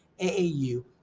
AAU